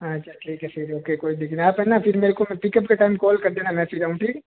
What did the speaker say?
हाँ अच्छा ठीक है फिर ओके कोई दिक्कत नहीं आप है ना मेरे को पिकअप के टाइम कॉल कर देना में फिर आऊँ ठीक है